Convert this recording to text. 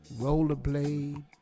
Rollerblade